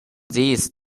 this